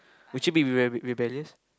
would you be rebe~ rebellious